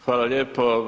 Hvala lijepo.